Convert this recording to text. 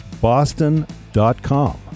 boston.com